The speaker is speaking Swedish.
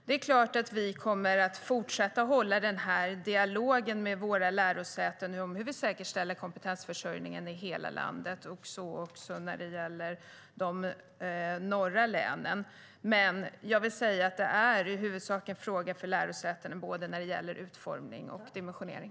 Det är klart att vi kommer att fortsätta hålla den här dialogen med våra lärosäten om hur vi säkerställer kompetensförsörjningen i hela landet, så också när det gäller de norra länen. Men jag vill säga att detta med dimensionering och utformning ändå i huvudsak är en fråga för lärosätena.